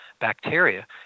bacteria